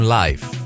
life